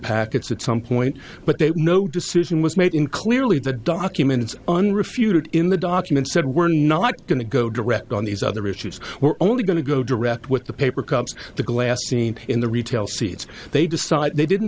packets at some point but they no decision was made in clearly the documents unrefuted in the document said we're not going to go direct on these other issues we're only going to go direct with the paper cups the glass seen in the retail seats they decide they didn't